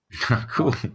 Cool